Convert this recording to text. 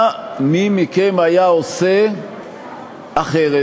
מה מי מכם היה עושה אחרת?